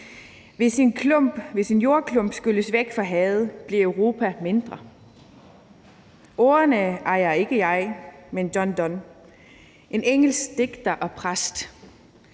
hvis en jordklump skylles væk af havet, bliver Europa mindre.« Ordene er ikke mine, men John Donnes, en engelsk digter og præst.